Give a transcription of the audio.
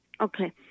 Okay